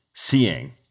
Seeing